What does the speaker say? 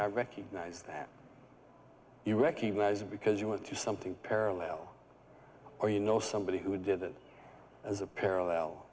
i recognize that you recognize it because you went through something parallel or you know somebody who did it as a parallel